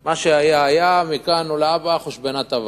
ומה שהיה היה, מכאן ולהבא חושבנא טבא,